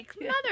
mother